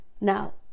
Now